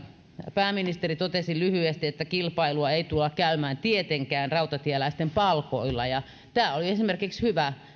pääministeri totesi lyhyesti että kilpailua ei tulla käymään tietenkään rautatieläisten palkoilla ja esimerkiksi tämä oli hyvä